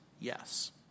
Yes